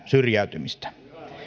syrjäytymistä